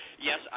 Yes